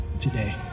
today